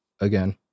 again